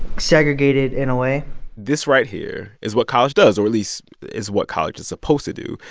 segregated in a way this right here is what college does or at least is what college is supposed to do.